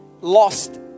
lost